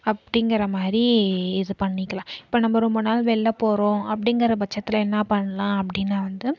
அப்படிங்கிற மாதிரி இது பண்ணிக்கலாம் இப்போ நம்ம ரொம்ப நாள் வெளில போகிறோம் அப்படிங்கிற பட்சத்தில் என்ன பண்ணலாம் அப்படின்னா வந்து